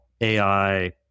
AI